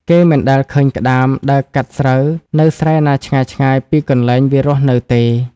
គេមិនដែលឃើញក្ដាមដើរកាត់ស្រូវនៅស្រែណាឆ្ងាយៗពីកន្លែងវារស់នៅទេ ។